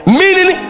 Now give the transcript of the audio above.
meaning